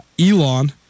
Elon